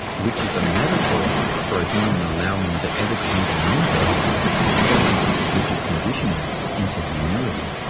which is a metaphor for a human allowing the ever-changing universe to soften his rigid conditioning into humility.